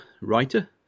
Writer